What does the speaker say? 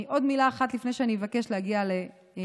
עוד מילה אחת לפני שאני אבקש להגיע להצבעה: